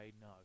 no